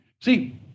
See